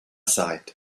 side